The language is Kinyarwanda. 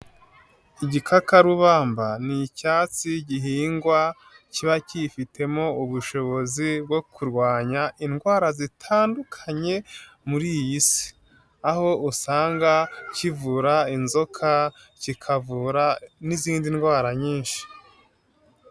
Igikakarubamba ni icyatsi gihingwa kiba kifitemo ubushobozi bwo kurwanya indwara zitandukanye muri iyi si. Aho usanga kivura inzoka kikavura n'izindi ndwara nyinshi.